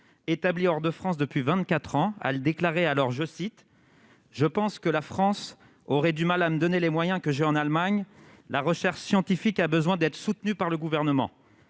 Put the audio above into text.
Établie hors de France depuis vingt-quatre ans, elle déclarait alors :« Je pense que la France aurait du mal à me donner les moyens que j'ai en Allemagne. La recherche scientifique a besoin d'être soutenue par le Gouvernement. »